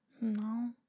No